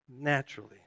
naturally